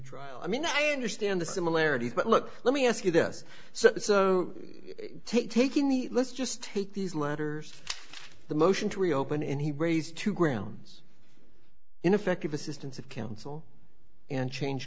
trial i mean i understand the similarities but look let me ask you this so so take taking the let's just take these letters the motion to reopen and he raised two grounds ineffective assistance of counsel and change